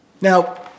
Now